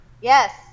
Yes